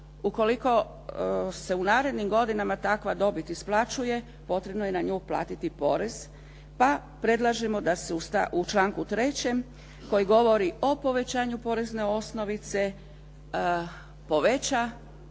ukoliko se u narednim godinama takva dobit isplaćuje potrebno je na nju platiti porez pa predlažemo da se u članku 3. koji govori o povećanju porezne osnovice poveća